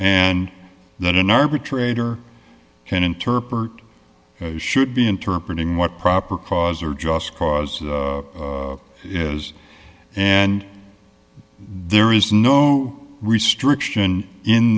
and then an arbitrator can interpret as should be interpreted in what proper cause or just cause it is and there is no restriction in